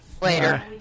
later